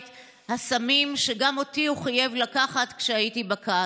הסמים שגם אותי הוא חייב לקחת כשהייתי בכת.